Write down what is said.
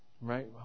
Right